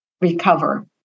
recover